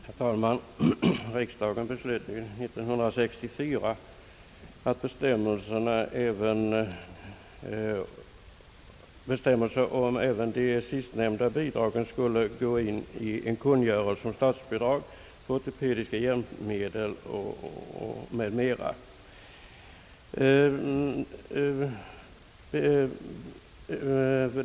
Herr talman! Riksdagen beslöt 1964 att även bestämmelserna om de sistnämnda bidragen skulle ingå i en kungörelse om statsbidrag för ortopediska hjälpmedel m.m.